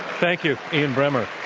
thank you, ian bremmer.